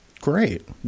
Great